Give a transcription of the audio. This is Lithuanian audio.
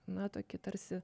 na tokį tarsi